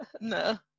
No